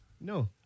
no